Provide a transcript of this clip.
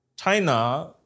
China